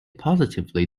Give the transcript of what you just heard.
positively